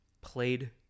played